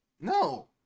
No